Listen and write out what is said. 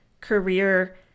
career